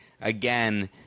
again